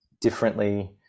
differently